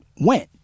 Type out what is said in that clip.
went